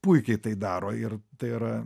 puikiai tai daro ir tai yra